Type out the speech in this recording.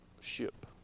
ship